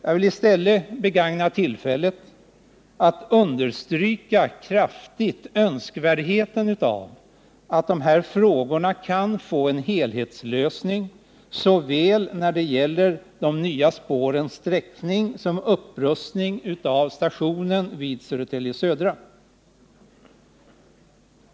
Jag vill i stället begagna tillfället att kraftigt understryka önskvärdheten av att de här problemen får en helhetslösning när det gäller såväl de nya spårens sträckning som upprustningen av stationen vid Södertälje Södra.